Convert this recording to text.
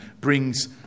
brings